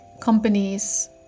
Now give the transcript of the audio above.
companies